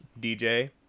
DJ